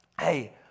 hey